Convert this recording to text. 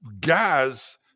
guys